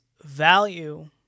value